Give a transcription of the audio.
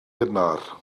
gynnar